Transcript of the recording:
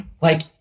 Like-